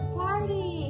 party